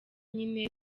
nyine